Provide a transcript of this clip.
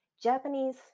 japanese